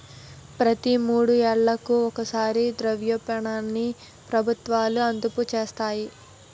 ప్రతి మూడు నెలలకు ఒకసారి ద్రవ్యోల్బణాన్ని ప్రభుత్వాలు అదుపు చేస్తాయి